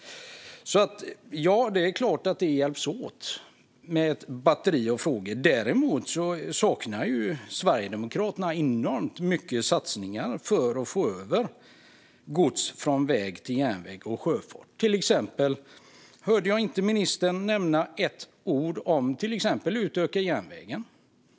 Det är klart att det behövs ett batteri av åtgärder. Däremot saknar vi mycket satsningar för att få över gods från väg till järnväg och sjöfart. Till exempel hörde jag inte ministern nämna ett enda ord om att till exempel utöka järnvägen.